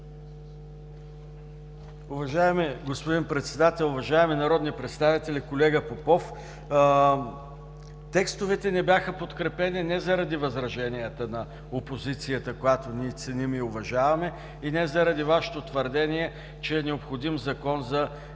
Уважаеми господин Председател, уважаеми народни представители! Колега Попов, текстовете не бяха подкрепени не заради възраженията на опозицията, която ние ценим и уважаваме, и не заради Вашето твърдение, че е необходим Закон за